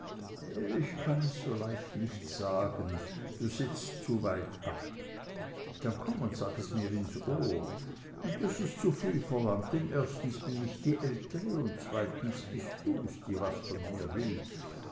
ich kann es so leicht nicht sagen du sitzt zu weit ab dann komm und sag es mir ins ohr das ist zuviel verlangt denn erstens bin ich die ältere und zweitens bist du's die was von mir will